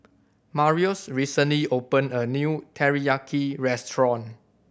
Marius recently opened a new Teriyaki Restaurant